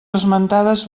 esmentades